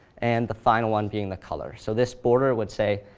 and the final one being the color. so this border would say,